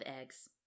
eggs